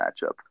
matchup